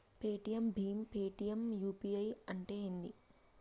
Paytm భీమ్ Paytm UPI అంటే ఏంది?